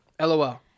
LOL